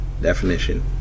definition